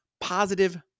positive